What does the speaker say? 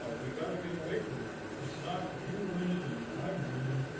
ah we gotta get away from that. it's not you're winning and i'm winning.